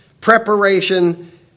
preparation